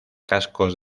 cascos